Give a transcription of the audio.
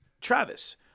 Travis